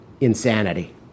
insanity